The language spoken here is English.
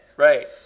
Right